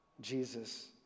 Jesus